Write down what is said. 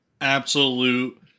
absolute